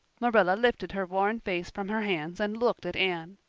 marilla lifted her worn face from her hands and looked at anne.